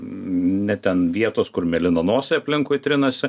ne ten vietos kur mėlynanosiai aplinkui trinasi